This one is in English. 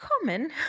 Common